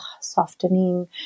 softening